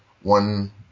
one